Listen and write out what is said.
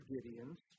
Gideons